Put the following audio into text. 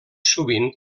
sovint